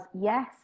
yes